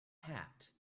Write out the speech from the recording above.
hat